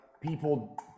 people